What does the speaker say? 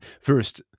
First